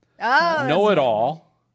Know-it-all